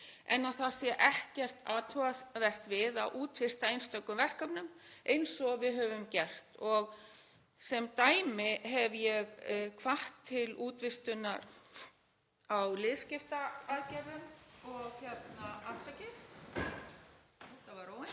en að það sé ekkert athugavert við að útvista einstökum verkefnum eins og við höfum gert. Sem dæmi hef ég hvatt til útvistunar á liðskiptaaðgerðum — afsakið, þetta var óvænt